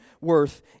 worth